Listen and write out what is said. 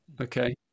okay